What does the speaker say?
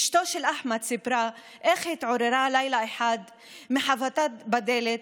אשתו של אחמד סיפרה איך התעוררה לילה אחד מחבטה בדלת,